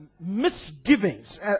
misgivings